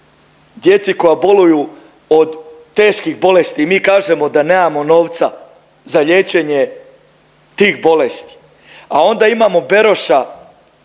djeci koja boluju od teških bolesti. Mi kažemo da nema novca za liječenje tih bolesti, a onda imamo Beroša